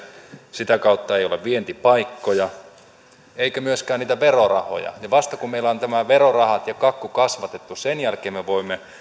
sitä kautta ei ole vientipaikkoja eikä myöskään niitä verorahoja vasta kun meillä on nämä verorahat ja kakku kasvatettu sen jälkeen me voimme